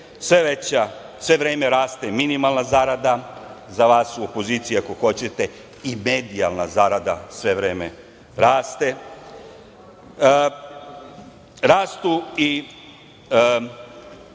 rezerve, sve vreme raste minimalna zarada, za vas u opoziciji, ako hoćete, i medijalna zarada raste.